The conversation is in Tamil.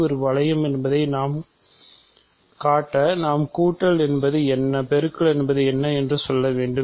ஒரு வளையம் என்பதைக் காட்ட நாம் கூட்டல் என்பது என்ன பெருக்கல் என்பது என்ன என்று சொல்ல வேண்டும்